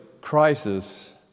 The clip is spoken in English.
crisis